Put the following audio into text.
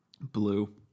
Blue